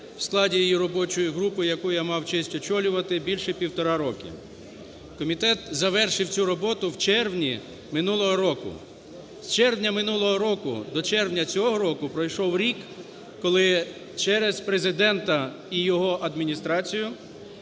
в складі її робочої групи, яку я мав честь очолювати більше 1.5 роки. Комітет завершив цю роботу в червні минулого року, з червня минулого року і до червня цього року пройшов рік, коли через Президента і його адміністрацію